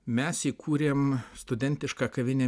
mes įkūrėm studentišką kavinę